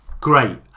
great